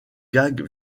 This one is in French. gags